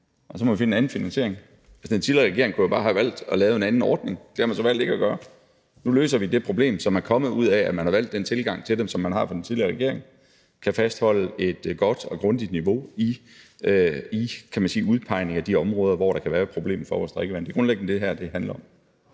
og så må vi finde en anden finansiering. Den tidligere regering kunne jo bare have valgt at lave en anden ordning, men det har man så valgt ikke at gøre. Nu løser vi det problem, som er kommet ud af, at man har valgt den tilgang til det, som man har, fra den tidligere regerings side, så vi kan fastholde et godt og grundigt niveau i, kan man sige, udpegningen af de områder, hvor der kan være et problem for vores drikkevand. Det er grundlæggende det, som det her handler om.